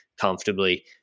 comfortably